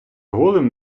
голим